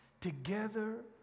together